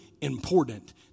important